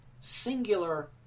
singular